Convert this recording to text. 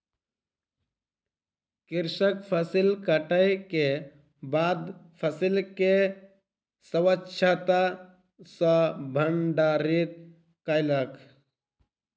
कृषक फसिल कटै के बाद फसिल के स्वच्छता सॅ भंडारित कयलक